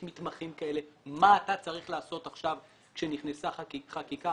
יש מתמחים כאלה ומה אתה צריך לעשות עכשיו עת נכנסה חקיקה.